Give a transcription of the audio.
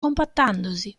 compattandosi